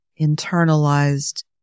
internalized